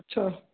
ਅੱਛਾ